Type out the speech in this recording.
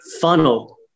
funnel